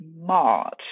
March